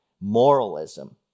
moralism